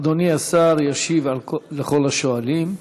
אדוני השר ישיב לכל השואלים.